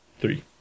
Three